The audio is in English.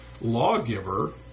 lawgiver